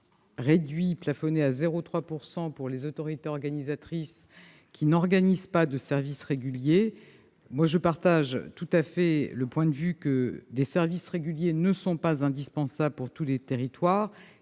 réduit, plafonné à 0,3 %, pour les autorités organisatrices de la mobilité qui n'organisent pas de services réguliers. Pour ma part, je partage tout à fait le point de vue selon lequel des services réguliers ne sont pas indispensables pour tous les territoires